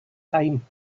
time